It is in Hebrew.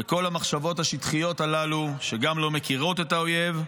וכל המחשבות השטחיות הללו שגם לא מכירות את האויב,